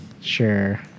Sure